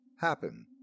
happen